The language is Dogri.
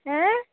ऐं